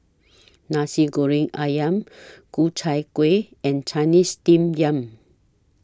Nasi Goreng Ayam Ku Chai Kuih and Chinese Steamed Yam